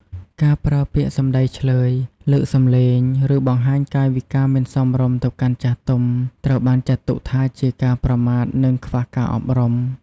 ការប្រើពាក្យសំដីឈ្លើយ លើកសំឡេង ឬបង្ហាញកាយវិការមិនសមរម្យទៅកាន់ចាស់ទុំ ត្រូវបានចាត់ទុកថាជាការប្រមាថ និងខ្វះការអប់រំ។